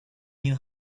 knew